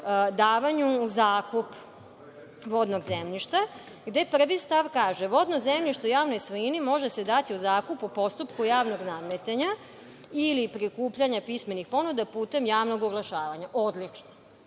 davanju u zakup vodnog zemljišta gde prvi stav kaže – vodno zemljište u javnoj svojini može se dati u zakup u postupku javnog nadmetanja ili prikupljanja pismenih ponuda putem javnog oglašavanja. Odlično. Onda